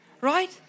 right